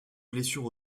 blessures